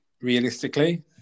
realistically